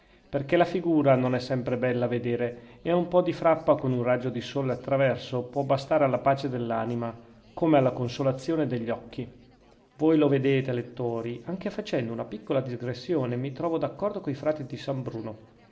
perchè la figura non è sempre bella a vedere e un po di frappa con un raggio di sole attraverso può bastare alla pace dell'anima come alla consolazione degli occhi voi lo vedete lettori anche facendo una piccola digressione mi trovo d'accordo coi frati di san bruno